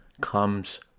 comes